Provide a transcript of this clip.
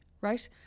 right